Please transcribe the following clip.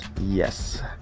Yes